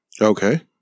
Okay